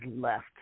left